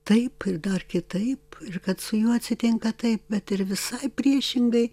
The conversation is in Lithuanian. taip ir dar kitaip ir kad su juo atsitinka taip bet ir visai priešingai